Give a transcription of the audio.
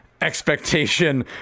expectation